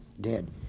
dead